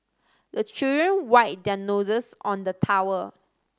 the children wipe their noses on the towel